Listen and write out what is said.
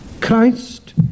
Christ